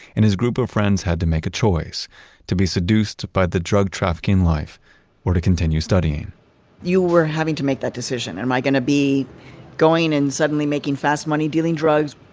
and his group of friends had to make a choice to be seduced by the drug trafficking life or to continue studying you were having to make that decision, am i going to be going and suddenly making fast money dealing drugs,